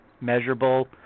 measurable